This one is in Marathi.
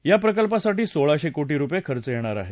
या प्रकल्पासाठी सोळाशे कोटी रुपये खर्च येणार आहे